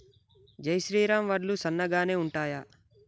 జై శ్రీరామ్ వడ్లు సన్నగనె ఉంటయా?